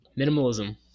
Minimalism